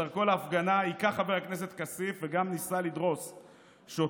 בדרכו להפגנה היכה חבר הכנסת כסיף וגם ניסה לדרוס שוטר.